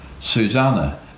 Susanna